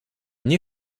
nie